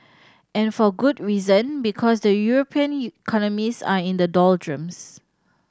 and for good reason because the European economies are in the doldrums